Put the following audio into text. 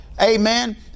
amen